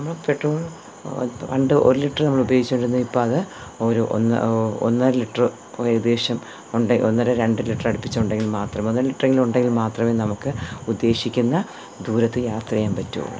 നമ്മൾ പെട്രോളിന് പണ്ട് ഒര് ലിറ്റർ നമ്മളുപയോഗിച്ചോണ്ടിരുന്ന ഇപ്പത് ഒരു ഒന്ന് ഒന്നര ലിറ്റർ ഏകദേശം ഒന്നര രണ്ട് ലിറ്റർ അടുപ്പിച്ചിട്ടുങ്കിൽ മാത്രമേ ഒന്നര ലിറ്റർ എങ്കിലും ഉണ്ടെങ്കിൽ മാത്രമേ നമുക്ക് ഉദ്ദേശിക്കുന്ന ദൂരത്ത് യാത്ര ചെയ്യാൻ പറ്റുകയുള്ളൂ